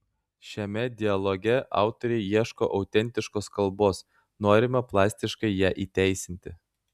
šiame dialoge autoriai ieško autentiškos kalbos norima plastiškai ją įteisinti